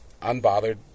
unbothered